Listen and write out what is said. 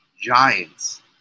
Giants